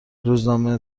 روزنامه